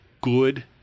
good